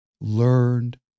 learned